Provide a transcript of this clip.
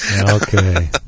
Okay